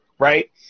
right